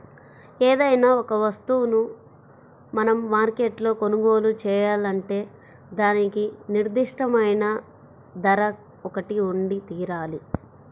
ఏదైనా ఒక వస్తువును మనం మార్కెట్లో కొనుగోలు చేయాలంటే దానికి నిర్దిష్టమైన ధర ఒకటి ఉండితీరాలి